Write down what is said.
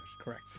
correct